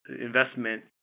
investment